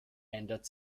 ändert